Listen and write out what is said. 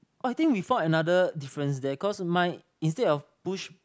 oh I think we found another difference there cause mine instead of push